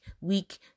week